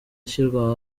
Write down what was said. ashyirwa